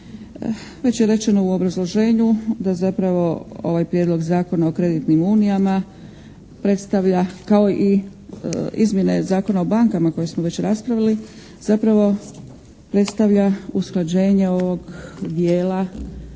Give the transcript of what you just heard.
Već je rečeno u obrazloženju da zapravo ovaj Prijedlog zakona o kreditnim unijama predstavlja kao i izmjene Zakona o bankama koji smo već raspravili zapravo predstavlja usklađenje ovog dijela